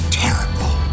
terrible